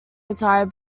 retire